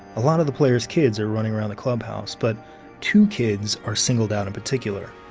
a lot of the players' kids are running around the clubhouse, but two kids are singled out in particular.